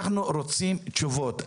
אנחנו רוצים תשובות.